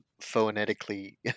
Phonetically